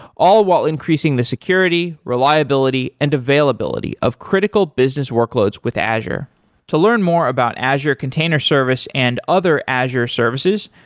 all while increasing the security, reliability and availability of critical business workloads with azure to learn more about azure container service and other azure services,